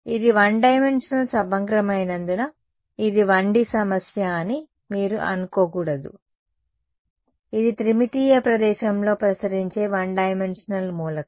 ఇది one dimensional సమగ్రమైనందున ఇది 1D సమస్య అని మీరు అనుకోకూడదు ఇది త్రిమితీయ ప్రదేశంలో ప్రసరించే వన్ డైమెన్షనల్ మూలకం